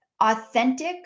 authentic